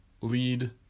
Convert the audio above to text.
lead